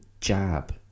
jab